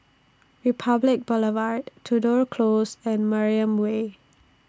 Republic Boulevard Tudor Close and Mariam Way